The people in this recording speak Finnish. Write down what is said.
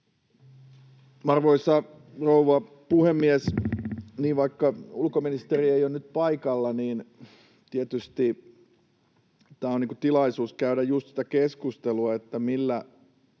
Arvoisa rouva puhemies! Vaikka ulkoministeri ei ole nyt paikalla, niin tietysti tämä on tilaisuus käydä just sitä keskustelua, millä